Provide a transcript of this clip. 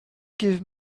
give